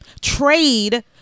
trade